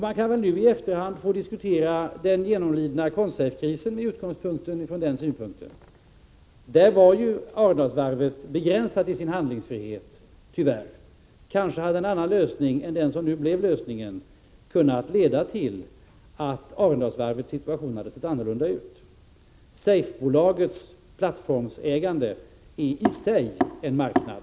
Man kan väl nu i efterhand få diskutera den genomlidna Consafekrisen från den utgångspunkten. Där var ju Arendalsvarvet begränsat i sin handlingsfrihet — tyvärr. Kanske hade en annan lösning än den som det nu blev kunnat leda till att Arendalsvarvets situation hade sett annorlunda ut. Safebolagets plattformsägande är i sig en marknad.